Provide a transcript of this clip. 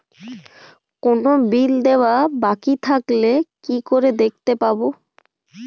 কোনো বিল দেওয়া বাকী থাকলে কি করে দেখতে পাবো?